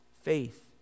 faith